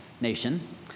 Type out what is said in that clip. nation